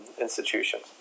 institutions